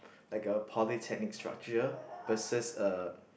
like a polytechnic structure versus a